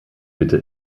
bitte